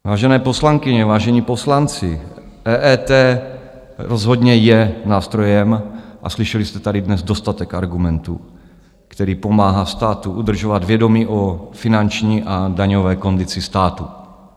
Vážené poslankyně, vážení poslanci, EET rozhodně je nástrojem, a slyšeli jste tady dnes dostatek argumentů, který pomáhá státu udržovat vědomí o finanční a daňové kondici státu.